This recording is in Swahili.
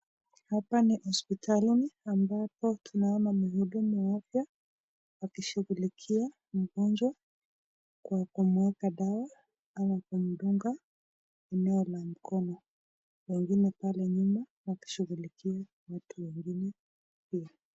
Hapa ni hospitalini ambapo tuna muona mhudumu hapa akishughulikia mgonjwa kwa kumweka dawa na kumdunga eneo la mkono pale nyuma akishughulikia mgonjwa mwingine pia.